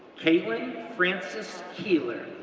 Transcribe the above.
kaitlyn frances kielar,